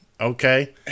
Okay